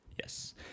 Yes